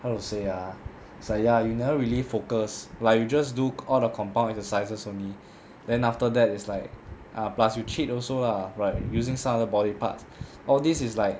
how to say ah it's like ya you never really focus like you just do all the compound exercises only then after that is like uh plus you cheat also lah like using some other body parts all these is like